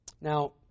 Now